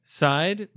side